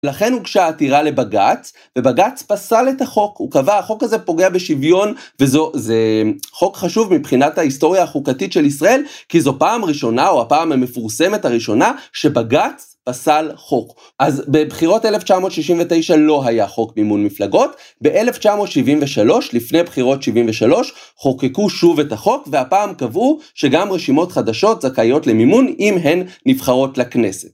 לכן הוגשה עתירה לבג"ץ, ובג"ץ פסל את החוק, הוא קבע, החוק הזה פוגע בשוויון, וזה חוק חשוב מבחינת ההיסטוריה החוקתית של ישראל, כי זו פעם ראשונה, או הפעם המפורסמת הראשונה, שבג"ץ פסל חוק. אז בבחירות 1969 לא היה חוק מימון מפלגות, ב-1973, לפני בחירות 73, חוקקו שוב את החוק, והפעם קבעו שגם רשימות חדשות זכאיות למימון, אם הן נבחרות לכנסת.